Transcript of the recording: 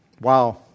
wow